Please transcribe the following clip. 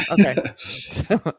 okay